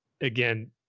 again